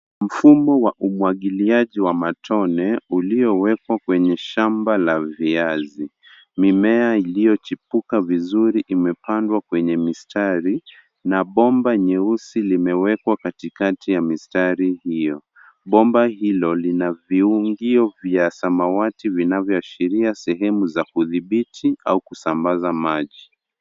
Mfumo wa umwagiliaji wa matone, uliowekwa kwenye shamba la viazi. Mimea iliyochipuka vizuri imepandwa kwenye mistari, na bomba nyeusi limewekwa katikati ya mistari hiyo. Bomba hilo lina viungio vya samawati vinavyoashiria sehemu za kudhibiti au kusambaza maji.